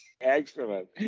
Excellent